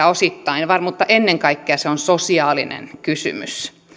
osittain juridinen mutta ennen kaikkea se on sosiaalinen kysymys